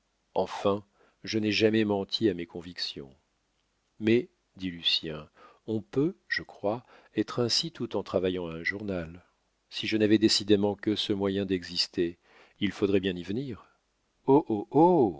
enfin je n'ai jamais menti à mes convictions mais dit lucien on peut je crois être ainsi tout en travaillant à un journal si je n'avais décidément que ce moyen d'exister il faudrait bien y venir